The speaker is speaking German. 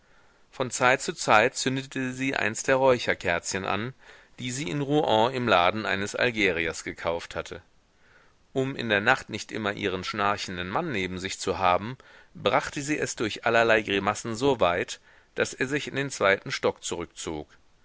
von zeit zu zeit zündete sie eins der räucherkerzchen an die sie in rouen im laden eines algeriers gekauft hatte um in der nacht nicht immer ihren schnarchenden mann neben sich zu haben brachte sie es durch allerlei grimassen so weit daß er sich in den zweiten stock zurückzog